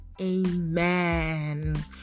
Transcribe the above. Amen